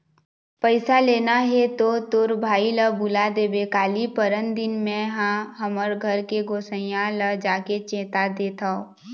पइसा लेना हे तो तोर भाई ल बुला देबे काली, परनदिन में हा हमर घर के गोसइया ल जाके चेता देथव